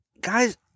guys